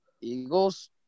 Eagles